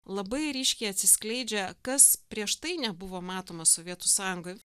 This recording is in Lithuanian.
labai ryškiai atsiskleidžia kas prieš tai nebuvo matoma sovietų sąjungoj